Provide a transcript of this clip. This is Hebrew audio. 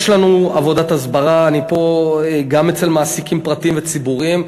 יש לנו עבודת הסברה גם אצל מעסיקים פרטיים וציבוריים.